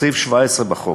סעיף 17 בחוק.